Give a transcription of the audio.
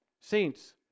Saints